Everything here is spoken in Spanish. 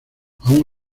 aun